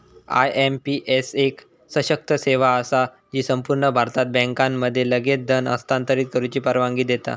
IMPS एक सशक्त सेवा असा जी संपूर्ण भारतात बँकांमध्ये लगेच धन हस्तांतरित करुची परवानगी देता